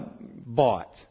bought